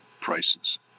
prices